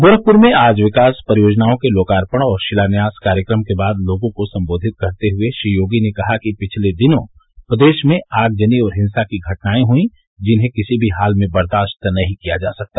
गोरखपुर में आज विकास परियोजनाओं के लोकार्पण और शिलान्यास कार्यक्रम के बाद लोगों को संबोधित करते हुए श्री योगी ने कहा कि पिछले दिनों प्रदेश में आगजनी और हिंसा की घटनाएं हुईं जिन्हें किसी भी हाल में बर्दाश्त नहीं किया जा सकता